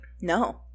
no